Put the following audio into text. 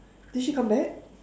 did she come back